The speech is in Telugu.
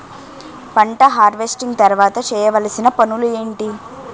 పంట హార్వెస్టింగ్ తర్వాత చేయవలసిన పనులు ఏంటి?